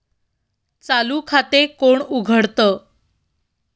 चालू खाते कोण उघडतं?